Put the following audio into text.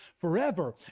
forever